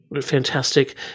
fantastic